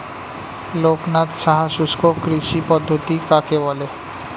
লোকনাথ সাহা শুষ্ককৃষি পদ্ধতি কাকে বলে?